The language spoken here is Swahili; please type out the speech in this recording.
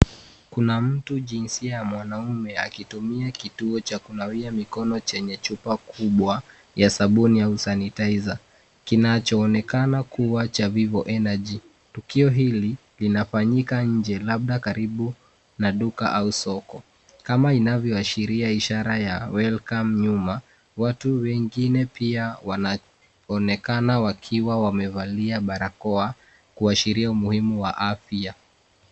Kuna mtu jinsia ya mwanaume akitumia kituo cha kunawia mikono chenye chupa kubwa ya sabuni au sanitizer ,kinachoonekana kuwa cha' vivo energy' tukio hili linafanyika nje labda karibu na duka au soko ,kama inavyoashiria ishara ya' welcome' nyuma watu wengine pia wanaonekana wakiwa wamevalia barakoa kuashiria umuhimu wa afya.